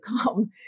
come